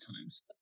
times